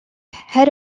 head